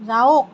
যাওক